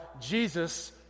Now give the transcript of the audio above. Jesus